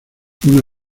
una